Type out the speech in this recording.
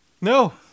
No